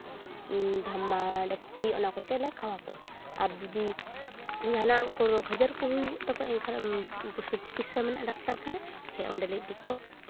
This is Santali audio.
ᱫᱷᱟᱢᱟ ᱰᱮᱠᱪᱤ ᱚᱱᱟ ᱠᱚᱛᱮᱞᱮ ᱠᱷᱟᱣᱟᱣ ᱠᱚᱣᱟ ᱟᱨ ᱡᱩᱫᱤ ᱡᱟᱦᱟᱱᱟᱜ ᱠᱚ ᱨᱳᱜᱽ ᱟᱡᱟᱨ ᱠᱚ ᱦᱩᱭᱩᱜ ᱛᱟᱠᱚᱣᱟ ᱮᱱᱠᱷᱟᱱ ᱯᱚᱥᱩ ᱪᱤᱠᱤᱛᱥᱟ ᱢᱮᱱᱟᱜᱼᱟ ᱰᱟᱠᱛᱟᱨ ᱠᱷᱟᱱᱟ ᱦᱮᱸ ᱚᱸᱰᱮᱞᱮ ᱤᱫᱤ ᱠᱚᱣᱟ